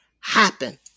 happen